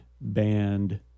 band